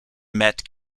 met